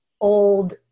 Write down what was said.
old